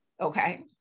Okay